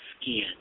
skin